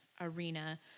arena